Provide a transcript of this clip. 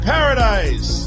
Paradise